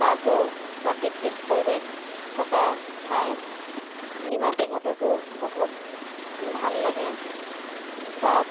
তাতো প্ৰাকৃতিক পৰিৱেশ থকা ঠাই নিমাতীঘাটতো বহুত ভাল লাগে তাত